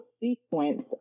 sequence